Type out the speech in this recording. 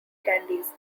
candies